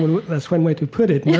and that's one way to put it yeah